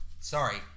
Sorry